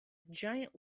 giant